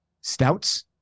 stouts